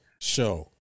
show